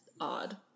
odd